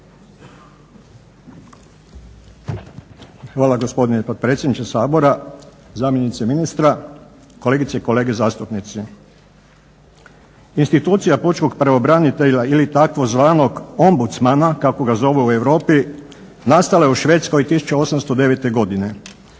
Hvala, gospodine potpredsjedniče Sabora. Zamjenice ministra, kolegice i kolege zastupnici. Institucija pučkog pravobranitelja ili tzv. ombudsmana kako ga zovu u Europi nastala je u Švedskoj 1809. godine.